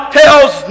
tells